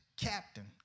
captain